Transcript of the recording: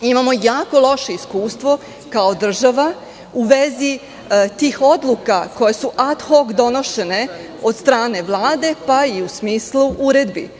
Imamo jako loše iskustvo kao država u vezi tih odluka koje su ad hok donošene od strane Vlade, pa i u smislu uredbi.